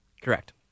Correct